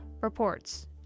reports